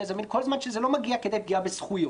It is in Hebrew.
גזע ומין כל זמן שזה לא מגיע כדי פגיעה בזכויות.